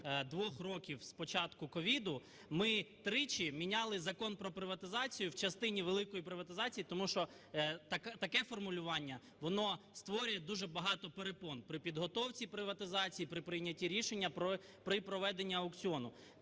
двох років, з початку COVID, ми тричі міняли закон про приватизацію в частині великої приватизації, тому що таке формулювання воно створює дуже багато перепон при підготовці приватизації, при прийнятті рішення про проведення аукціону.